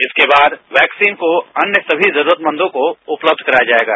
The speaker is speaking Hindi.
इसके बाद वैक्सीन को अन्य सभी जरूरदमंदों को उपलब्ध कराया जाएगा